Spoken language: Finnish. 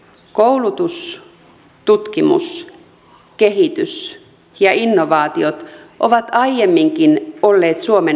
koulutus tutkimus kehitys ja innovaatiot ovat aiemminkin olleet suomen nousun perustana